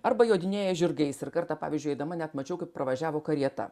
arba jodinėja žirgais ir kartą pavyzdžiui eidama net mačiau kaip pravažiavo karieta